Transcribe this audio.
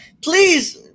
Please